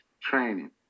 training